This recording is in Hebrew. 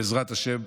בעזרת השם,